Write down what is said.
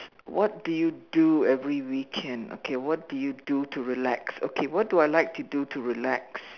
what do you do every weekend okay what do you do to relax okay what do I like to do to relax